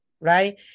right